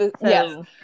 Yes